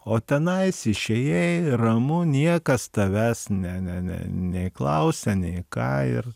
o tenais išėjai ramu niekas tavęs ne ne ne nei klausia nei ką ir